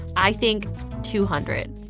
i think two hundred.